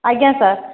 ଆଜ୍ଞା ସାର୍